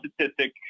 statistic